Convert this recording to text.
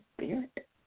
spirit